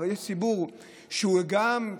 אבל יש ציבור שהוא גם,